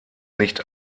nicht